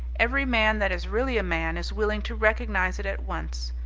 every man that is really a man is willing to recognize it at once.